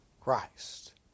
Christ